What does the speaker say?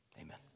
Amen